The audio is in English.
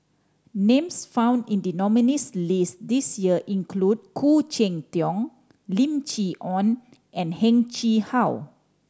names found in the nominees' list this year include Khoo Cheng Tiong Lim Chee Onn and Heng Chee How